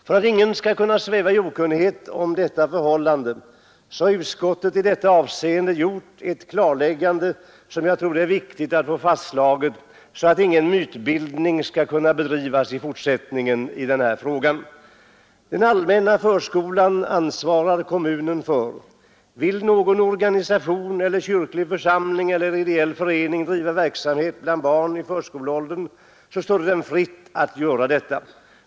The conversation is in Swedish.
För att ingen skall kunna sväva i okunnighet om detta förhållande har utskottet i detta avseende gjort ett klarläggande som jag tror är viktigt att få fastslaget så att ingen mytbildning skall kunna bedrivas i fortsättningen i den här frågan. Den allmänna förskolan ansvarar kommunen för. Vill någon organisation eller kyrklig församling eller ideell förening driva verksamhet bland barn i förskoleåldern står det den fritt att göra detta.